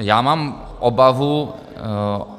Já mám obavu